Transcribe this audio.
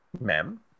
ma'am